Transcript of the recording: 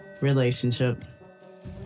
relationship